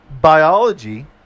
Biology